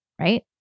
right